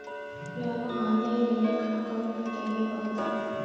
ನಾನು ಆನ್ಲೈನಲ್ಲಿ ಅಕೌಂಟ್ ತೆಗಿಬಹುದಾ?